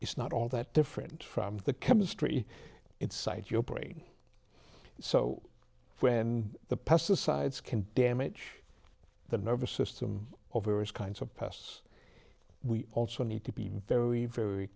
is not all that different from the chemistry inside your brain so when the pesticides can damage the nervous system of various kinds of pests we also need to be very very